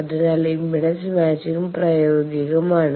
അതിനാൽ impedance matching പ്രയോഗികമാണ്